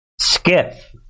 skiff